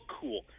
cool